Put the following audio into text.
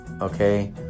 okay